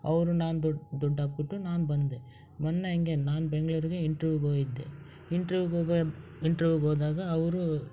ಅವರು ನಾನು ದುಡ್ಡು ದುಡ್ಡು ಹಾಕಿಬಿಟ್ಟು ನಾನು ಬಂದೆ ಮೊನ್ನೆ ಹಂಗೆ ನಾನು ಬೆಂಗಳೂರಿಗೆ ಇಂಟ್ರೂಗೆ ಹೋಗಿದ್ದೆ ಇಂಟ್ರೂಗೆ ಹೋಗಿ ಇಂಟ್ರೂಗೆ ಹೋದಾಗ ಅವಅರು